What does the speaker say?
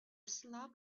slab